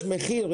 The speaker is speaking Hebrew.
יש מחיר.